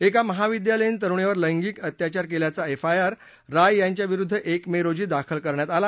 एका महाविद्यालयीन तरुणीवर लँगिक अत्याचार केल्याचा एफआयआर राय यांच्या विरुद्ध एक मे रोजी दाखल करण्यात आला